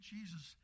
Jesus